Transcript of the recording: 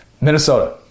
Minnesota